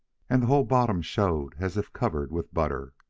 and the whole bottom showed as if covered with butter.